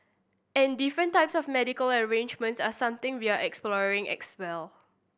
and different types of medical arrangements are something we're exploring as well